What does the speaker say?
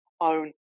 own